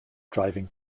driving